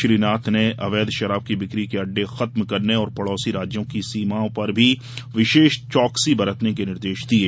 श्री नाथ ने अवैध शराब की बिक्री के अड्डे खत्म करने और पड़ोसी राज्यों की सीमाओं पर विशेष चौकसी बरतने के निर्देश दिये